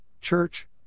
church